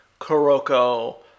Kuroko